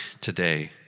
today